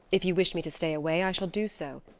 if you wish me to stay away, i shall do so.